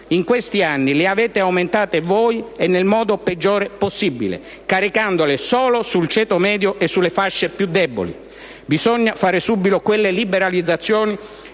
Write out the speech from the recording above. in questi anni le avete aumentate voi e nel modo peggiore possibile, caricandole solo sul ceto medio e sulle fasce più deboli. Bisogna fare subito quelle liberalizzazioni